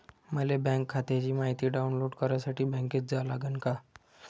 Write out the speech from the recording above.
मले बँक खात्याची मायती डाऊनलोड करासाठी बँकेत जा लागन का?